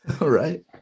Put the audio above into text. Right